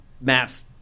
maps